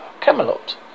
Camelot